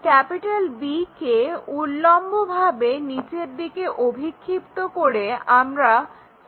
B কে উল্লম্বভাবে নিচের দিকে অভিক্ষিপ্ত করে আমরা b পেলাম